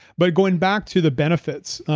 but going back to the benefits,